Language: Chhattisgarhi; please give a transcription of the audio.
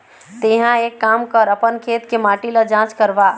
तेंहा एक काम कर अपन खेत के माटी ल जाँच करवा